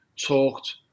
talked